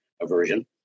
aversion